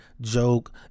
joke